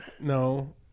No